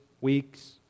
weeks